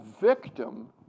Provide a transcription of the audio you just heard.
victim